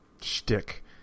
shtick